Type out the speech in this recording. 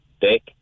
Dick